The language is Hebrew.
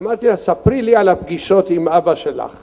אמרתי לה ספרי לי על הפגישות עם אבא שלך